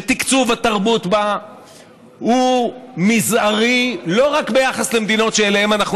שתקצוב התרבות בה הוא זעיר לא רק ביחס למדינות שאליהן אנחנו